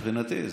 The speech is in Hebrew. מבחינתי.